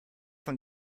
von